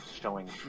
showing